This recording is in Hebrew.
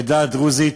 העדה הדרוזית